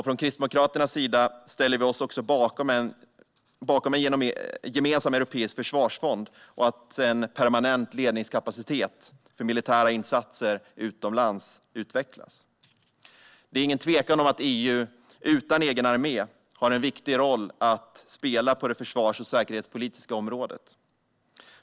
Från Kristdemokraternas sida ställer vi oss också bakom en gemensam europeisk försvarsfond och att en permanent ledningskapacitet för militära insatser utomlands utvecklas. Det är ingen tvekan om att EU utan egen armé har en viktig roll att spela på det försvars och säkerhetspolitiska området.